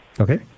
Okay